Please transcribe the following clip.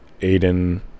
Aiden